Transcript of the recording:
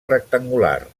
rectangular